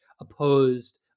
opposed